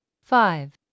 five